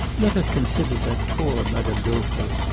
let us consider that poor madame dauvray!